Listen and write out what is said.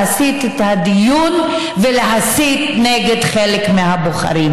להסיט את הדיון ולהסית נגד חלק מהבוחרים